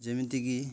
ଯେମିତିକି